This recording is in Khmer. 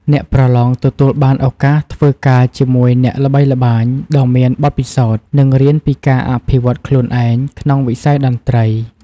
អ្នកប្រឡងទទួលបានឱកាសធ្វើការជាមួយអ្នកល្បីល្បាញដ៏មានបទពិសោធន៍ និងរៀនពីការអភិវឌ្ឍខ្លួនឯងក្នុងវិស័យតន្ត្រី។